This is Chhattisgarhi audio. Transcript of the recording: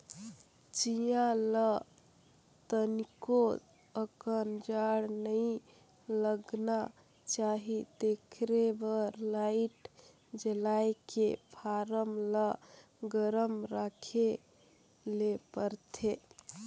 चीया ल तनिको अकन जाड़ नइ लगना चाही तेखरे बर लाईट जलायके फारम ल गरम राखे ले परथे